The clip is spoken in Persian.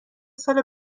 ساله